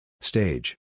Stage